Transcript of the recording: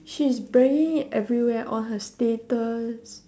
she's bragging it everywhere on her status